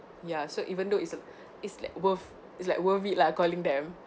ya so even though it's a it's like worth it's like worth it lah calling them